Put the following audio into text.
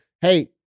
Hey